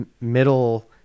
middle